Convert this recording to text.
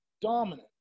dominant